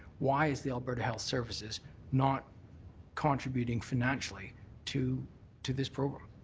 why is the alberta health services not contributing financially to to this program?